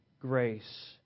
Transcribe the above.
grace